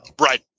right